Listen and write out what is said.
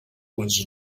was